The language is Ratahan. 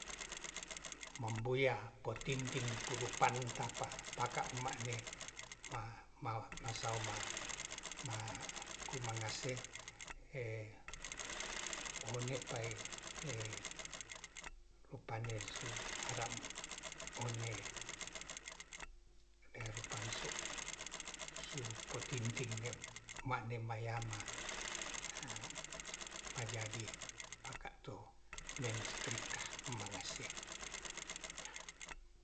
Mamboya kotinting puruk pantapa paka huma ne ma-ma-masau ma-ma- maku mangase e one pai e rupane su ara one erupansu sopotinting ma'de mayama ma jadi paka to menstrika mangase